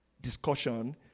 discussion